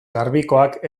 garbikoak